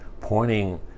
pointing